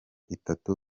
itatu